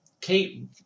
Kate